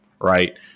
Right